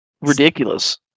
Ridiculous